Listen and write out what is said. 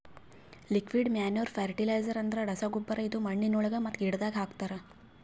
liquid manure fertiliser ಅಂದುರ್ ರಸಗೊಬ್ಬರ ಇದು ಮಣ್ಣಿನೊಳಗ ಮತ್ತ ಗಿಡದಾಗ್ ಹಾಕ್ತರ್